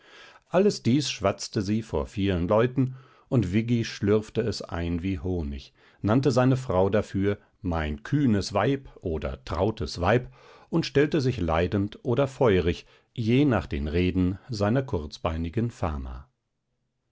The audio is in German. alles dies schwatzte sie vor vielen leuten und viggi schlürfte es ein wie honig nannte seine frau dafür mein kühnes weib oder trautes weib und stellte sich leidend oder feurig je nach den reden seiner kurzbeinigen fama